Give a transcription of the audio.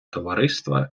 товариства